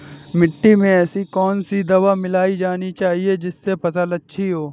मिट्टी में ऐसी कौन सी दवा मिलाई जानी चाहिए जिससे फसल अच्छी हो?